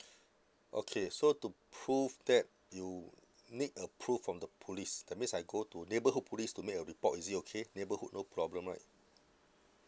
okay so to prove that you need a proof from the police that means I go to neighbourhood police to make a report is it okay neighborhood no problem right